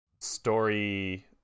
story